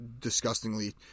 disgustingly